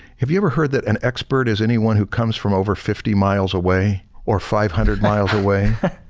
have you ever heard that an expert is anyone who comes from over fifty miles away or five hundred miles away?